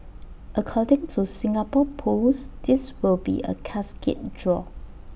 according to Singapore pools this will be A cascade draw